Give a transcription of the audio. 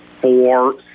four